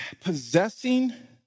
possessing